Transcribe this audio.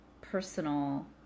personal